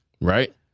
Right